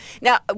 Now